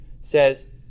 says